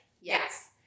Yes